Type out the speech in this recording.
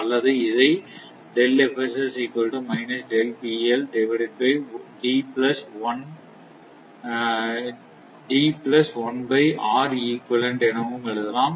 அல்லது இதைஎனவும் எழுதலாம்